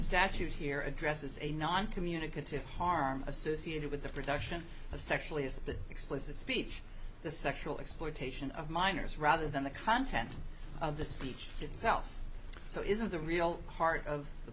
statute here addresses a non communicative harm associated with the production of sexually as that explicit speech the sexual exploitation of minors rather than the content of the speech itself so isn't the real heart of the